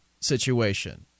situation